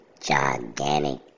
gigantic